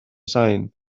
sain